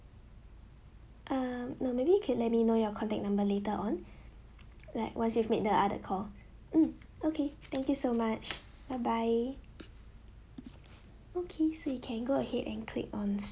uh no maybe you can let me know your contact number later on like once you've made the other call hmm okay thank you so much bye bye okay so you can go ahead and click on